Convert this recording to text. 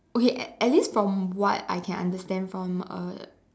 okay at at least from what I can understand from A